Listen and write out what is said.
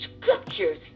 scriptures